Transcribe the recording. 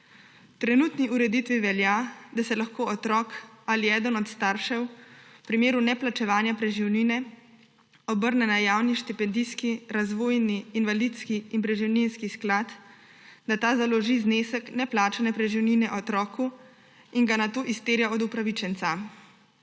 trenutni ureditvi velja, da se lahko otrok ali eden od staršev v primeru neplačevanja preživnine obrne na Javni štipendijski, razvojni, invalidki in preživninski sklad, da ta založi znesek neplačane preživnine otroku in ga nato izterja od upravičenca.